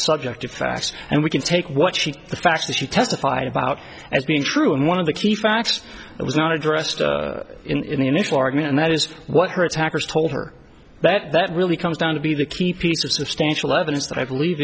subject of facts and we can take what she the facts that she testified about as being true and one of the key facts it was not addressed in the initial argument and that is what her attackers told her that that really comes down to be the key piece of substantial evidence that i believe